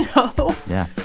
know? yeah.